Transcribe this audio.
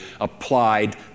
applied